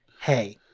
hey